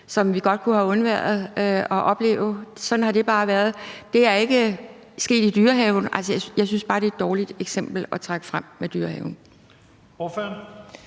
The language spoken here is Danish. som vi godt kunne have undværet at opleve. Sådan har det bare været. Det er ikke sket i Dyrehaven. Jeg synes bare, at Dyrehaven er et dårligt eksempel at trække frem. Kl.